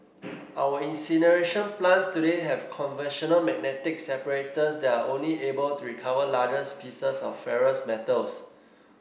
our incineration plants today have conventional magnetic separators that are only able to recover pieces of ferrous metals